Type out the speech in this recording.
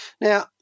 Now